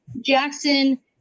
Jackson